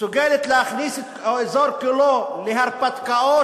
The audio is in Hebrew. מסוגלת להכניס את האזור כולו להרפתקאות